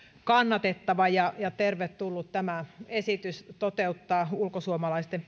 kannatettava ja ja tervetullut tämä esitys toteuttaa ulkosuomalaisten